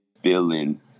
feeling